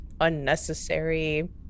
unnecessary